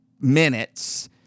minutes